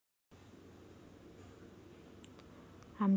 आमचे सरकार भूजल पातळी राखण्याचा प्रयत्न करीत आहे